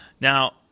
Now